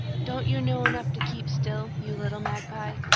don't you know enough to keep still, you little magpie?